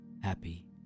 happy